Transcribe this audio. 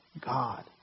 God